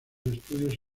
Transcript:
estudios